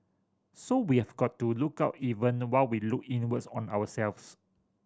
so we have got to look out even while we look inwards on ourselves